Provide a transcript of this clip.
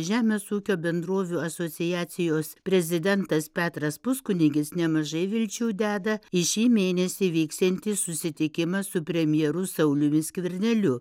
žemės ūkio bendrovių asociacijos prezidentas petras puskunigis nemažai vilčių deda į šį mėnesį įvyksiantį susitikimą su premjeru sauliumi skverneliu